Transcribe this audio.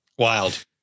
wild